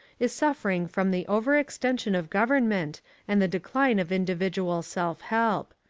is suffering from the over-extension of government and the decline of individual self-help.